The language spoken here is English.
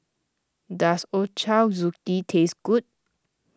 does Ochazuke taste good